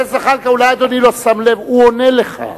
אולי אדוני לא שם לב, הוא עונה לך.